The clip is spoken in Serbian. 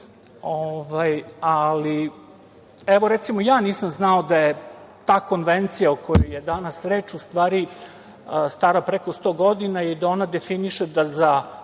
preduzeća. Recimo, ja nisam znao da je ta Konvencija o kojoj je danas reč u stvari stara preko 100 godina i da ona definiše da za